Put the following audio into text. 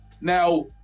Now